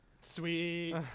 Sweet